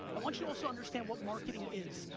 i want you to also understand what marketing is.